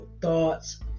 thoughts